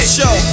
show